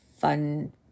fun